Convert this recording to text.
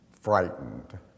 frightened